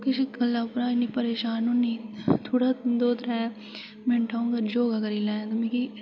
किश गल्ला उप्परा इ'न्नी परेशान होनी जां थोह्ड़ा दो त्रैऽ मिन्ट अ'ऊं अगर योगा करी लें ते मिगी